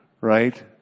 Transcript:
Right